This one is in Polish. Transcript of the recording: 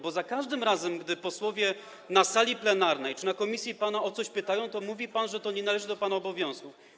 Bo za każdym razem, gdy posłowie na sali plenarnej bądź w komisji pana o coś pytają, mówi pan, że to nie należy do pana obowiązków.